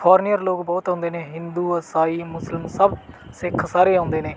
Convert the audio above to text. foreigner ਲੋਕ ਬਹੁਤ ਆਉਂਦੇ ਨੇ ਹਿੰਦੂ ਇਸਾਈ ਮੁਸਲਿਮ ਸਭ ਸਿੱਖ ਸਾਰੇ ਆਉਂਦੇ ਨੇ